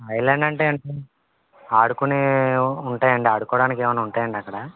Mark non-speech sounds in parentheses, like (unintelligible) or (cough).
Highland అంటే (unintelligible) ఆడుకునే ఉంటాయండి ఆడుకోవడానికి ఏమన్నా ఉంటాయా అండి అక్కడ